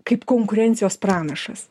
kaip konkurencijos pranašas